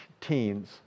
teens